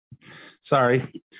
Sorry